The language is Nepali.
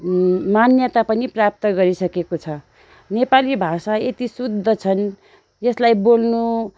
मान्यता पनि प्राप्त गरिसकेको छ नेपाली भाषा यति शुद्ध छन् यसलाई बोल्नु